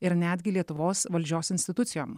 ir netgi lietuvos valdžios institucijom